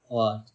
!wah!